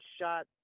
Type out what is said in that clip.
shot